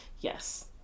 Yes